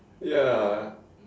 ya